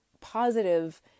positive